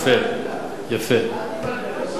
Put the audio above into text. אני שמעתי אותך מהמלה הראשונה,